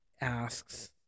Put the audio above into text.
asks